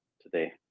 today